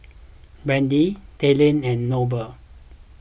Brandy Talen and Noble